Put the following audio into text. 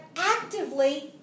actively